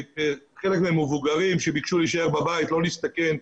חלק מהם מבוגרים שביקשו להישאר בבית ולא להסתכן,